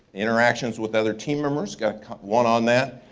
interactions with other team members, got one on that.